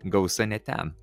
gausa ne ten